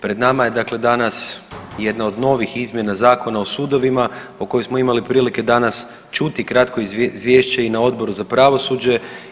Pred nama je dakle danas jedna od novih izmjena Zakona o sudovima o kojoj smo imali prilike danas čuti kratko izvješće i na Odboru za pravosuđe.